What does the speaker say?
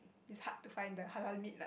it's hard to find the halal meat lah